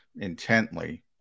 intently